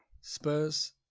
Spurs